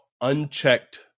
unchecked